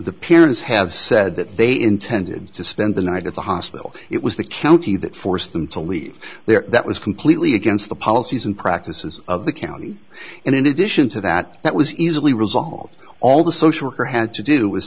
the parents have said that they intended to spend the night at the hospital it was the county that forced them to leave there that was completely against the policies and practices of the county and in addition to that that was easily resolved all the social worker had to do